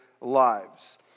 lives